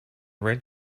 red